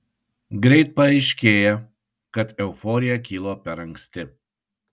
greit paaiškėja kad euforija kilo per anksti